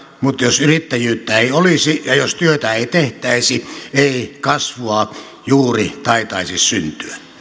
mutta jos yrittäjyyttä ei olisi ja jos työtä ei tehtäisi ei kasvua juuri taitaisi syntyä